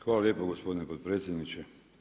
Hvala lijepo gospodine potpredsjedniče.